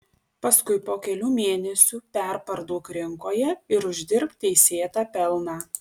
paskui po kelių mėnesių perparduok rinkoje ir uždirbk teisėtą pelną